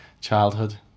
childhood